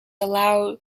allow